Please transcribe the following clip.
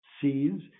seeds